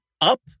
up